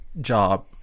job